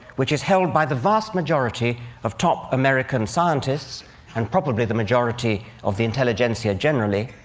which is held by the vast majority of top american scientists and probably the majority of the intelligentsia generally,